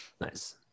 Nice